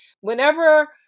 Whenever